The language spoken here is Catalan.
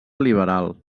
liberal